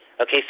Okay